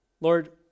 Lord